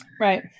Right